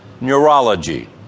neurology